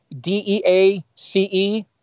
D-E-A-C-E